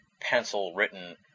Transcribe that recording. pencil-written